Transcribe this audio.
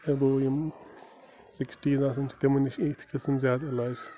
above یِم sixties آسَن چھِ تِمَن نِش چھِ یِتھۍ قٕسم زیادٕ علاج